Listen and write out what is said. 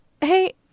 Hey